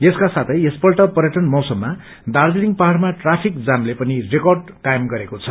यसको साथै यसपल्ट पर्यटन मौसममा दार्जीलिङ पहाड़मा ट्राफिक जामले पनि रिकर्ड कायम गरेको छ